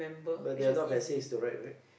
but there not messages to write where